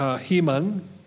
Heman